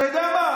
אתה יודע מה?